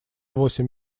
восемь